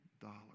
dollars